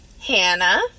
Hannah